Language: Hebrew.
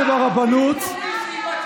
יש מישהו בת,